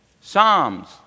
Psalms